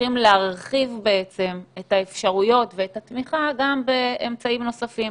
צריכים להרחיב את האפשרויות ואת התמיכה גם באמצעים נוספים,